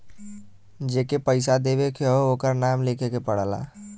जेके पइसा देवे के हौ ओकर नाम लिखे के पड़ला